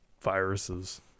viruses